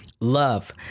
love